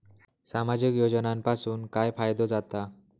सामाजिक योजनांपासून काय फायदो जाता?